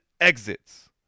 exits